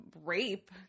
rape